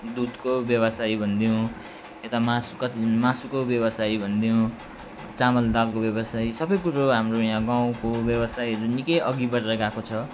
दुधको व्यवसायी भनिदिउँ यता मास कति मासुको व्यवसायी भनिदिउँ चामल दालको व्यवसायी सबै कुरो हाम्रो याँ गाउँको व्यवसायीहरू निकै अघि बढेर गएको छ